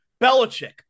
Belichick